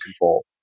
control